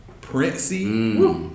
princey